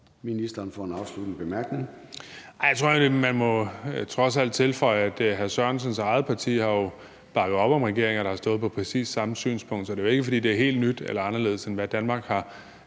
Ministeren for en afsluttende bemærkning.